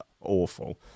awful